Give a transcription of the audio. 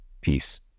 Peace